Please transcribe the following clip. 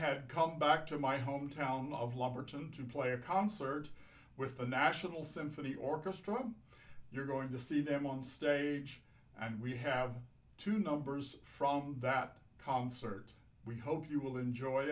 had come back to my hometown of lumberton to play a concert with the national symphony orchestra you're going to see them on stage and we have two numbers from that concert we hope you will enjoy